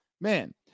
man